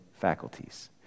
faculties